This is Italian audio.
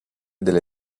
delle